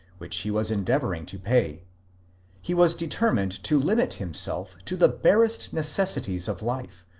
which he was endeavouring to pay he was de termined to limit himself to the barest necessities of life,